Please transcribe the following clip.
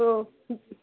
तो